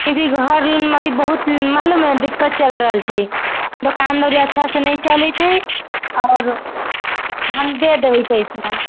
घरमे अभी बहुत मालुम है दिक्कत चलि रहल छै दोकान दौरी अच्छा से नहि चलैत छै आओर हम दे देबै पैसा